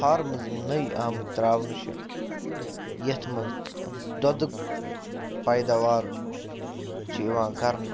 farms یِم نٔے آمٕتۍ ترٛاونہٕ چھِ یَتھ منٛز دۄدُک پیداوار چھُ یِوان کَرنہٕ